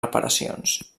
reparacions